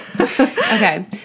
Okay